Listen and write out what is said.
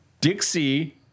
dixie